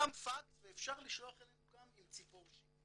גם פקס ואפשר לשלוח אלינו גם עם ציפור שיר.